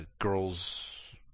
girls